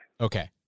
Okay